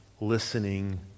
listening